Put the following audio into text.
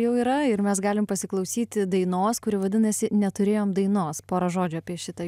jau yra ir mes galim pasiklausyti dainos kuri vadinasi neturėjom dainos porą žodžių apie šitą